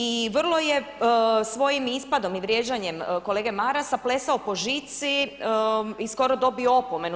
I vrlo je svojim ispadom i vrijeđanjem kolege Marasa plesao po žici i skoro dobio opomenu.